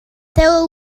there